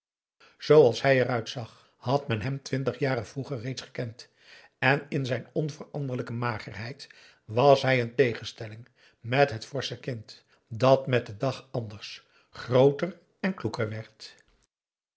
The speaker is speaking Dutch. zooals hij eruit zag had men hem twintig jaren vroeger reeds gekend en in zijn onveranderlijke magerheid was hij een tegenstelling met het forsche kind dat met den dag anders grooter en